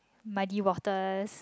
muddy waters